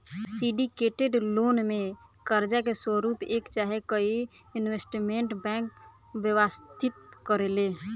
syndicated loan में कर्जा के स्वरूप एक चाहे कई इन्वेस्टमेंट बैंक व्यवस्थित करेले